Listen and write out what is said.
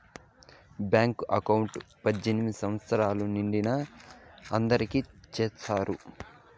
bank account పద్దెనిమిది సంవచ్చరాలు నిండిన అందరికి చేత్తారు